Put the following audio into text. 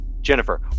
Jennifer